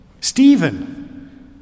Stephen